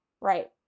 right